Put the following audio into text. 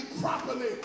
properly